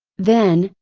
then,